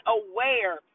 aware